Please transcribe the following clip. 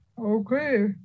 Okay